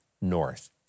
North